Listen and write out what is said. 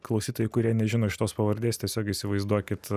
klausytojai kurie nežino šitos pavardės tiesiog įsivaizduokit